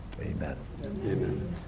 Amen